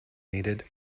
needed